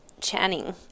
Channing